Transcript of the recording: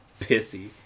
pissy